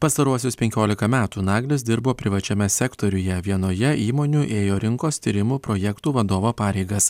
pastaruosius penkiolika metų naglis dirbo privačiame sektoriuje vienoje įmonių ėjo rinkos tyrimų projektų vadovo pareigas